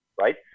right